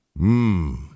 mmm